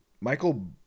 Michael